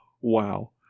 Wow